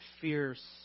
fierce